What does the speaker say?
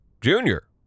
Junior